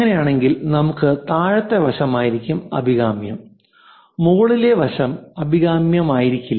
അങ്ങനെയാണെങ്കിൽ നമുക്ക് താഴത്തെ വശമായിരിക്കും അഭികാമ്യം മുകളിലെ വശം അഭികാമ്യമായിരിക്കില്ല